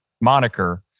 moniker